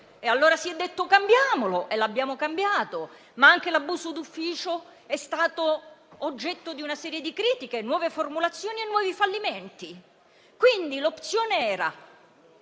Allora si è detto: cambiamolo. E l'abbiamo cambiato. Ma anche l'abuso d'ufficio è stato oggetto di una serie di critiche, nuove formulazioni e nuovi fallimenti.